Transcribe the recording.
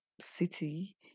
city